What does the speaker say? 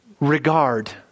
regard